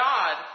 God